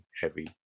heavy